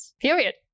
period